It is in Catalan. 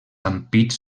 ampits